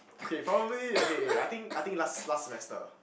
okay probably okay I think I think last last semester